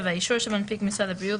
"(7) אישור שמנפיק משרד הבריאות,